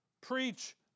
Preach